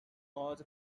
cause